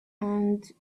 and